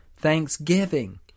thanksgiving